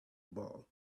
ball